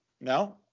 no